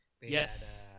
Yes